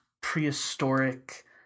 prehistoric